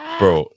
bro